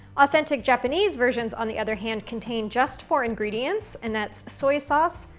authentic japanese versions, on the other hand, contain just four ingredients, and that's soy sauce,